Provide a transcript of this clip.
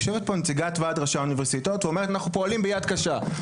יושבת פה נציגת ועד ראשי האוניברסיטאות ואומרת אנחנו פועלים ביד קשה.